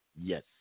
Yes